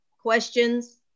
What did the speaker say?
questions